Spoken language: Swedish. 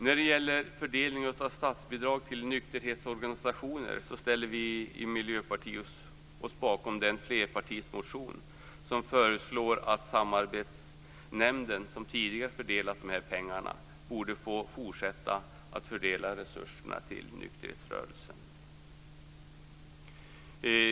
När det gäller fördelning av statsbidrag till nykterhetsorganisationer ställer vi i Miljöpartiet oss bakom den flerpartimotion i vilken man föreslår att Samarbetsnämnden, som tidigare fördelat de här pengarna, borde få fortsätta att fördela resurserna till nykterhetsrörelsen.